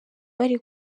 bari